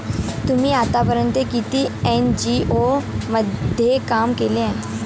तुम्ही आतापर्यंत किती एन.जी.ओ मध्ये काम केले आहे?